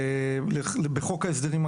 בנוסף על כל זה,